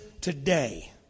today